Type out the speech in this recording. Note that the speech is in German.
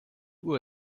uhr